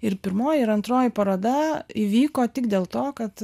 ir pirmoji ir antroji paroda įvyko tik dėl to kad